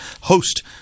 host